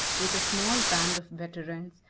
with a small band of veterans,